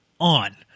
on